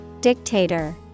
Dictator